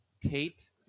Tate